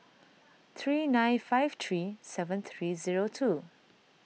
three nine five three seven three zero two